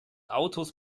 autos